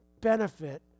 benefit